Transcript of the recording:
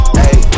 hey